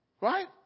Right